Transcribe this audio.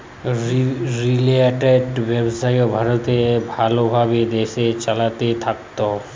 retail ব্যবসা ভারতে ভাল ভাবে দেশে চলতে থাক্যে